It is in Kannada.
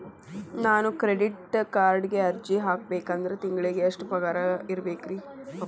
ನಾನು ಕ್ರೆಡಿಟ್ ಕಾರ್ಡ್ಗೆ ಅರ್ಜಿ ಹಾಕ್ಬೇಕಂದ್ರ ತಿಂಗಳಿಗೆ ಎಷ್ಟ ಪಗಾರ್ ಇರ್ಬೆಕ್ರಿ?